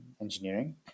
engineering